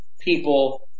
people